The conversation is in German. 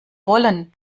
wollen